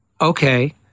okay